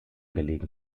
gelegen